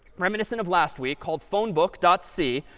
reminiscent of last week, called phone book dot c,